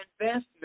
investment